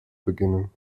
beginnen